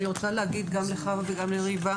חוה וריבה,